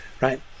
right